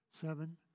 seven